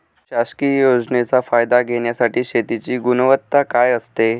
शासकीय योजनेचा फायदा घेण्यासाठी शेतीची गुणवत्ता काय असते?